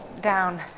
down